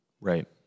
Right